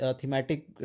thematic